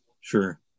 sure